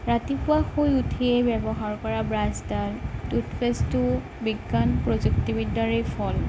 ৰাতিপুৱা শুই উঠিয়েই ব্যৱহাৰ কৰা ব্ৰাছডাল টুথপেষ্টটো বিজ্ঞান প্ৰজুক্তিবিদ্যাৰেই ফল